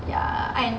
and